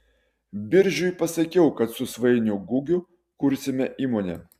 biržiui pasakiau kad su svainiu gugiu kursime įmonę